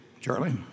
Charlie